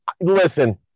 listen